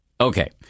Okay